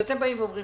אתם אומרים